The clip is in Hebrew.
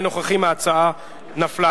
ההצעה נפלה.